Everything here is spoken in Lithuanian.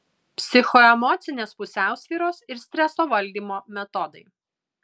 psichoemocinės pusiausvyros ir streso valdymo metodai